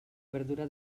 verdura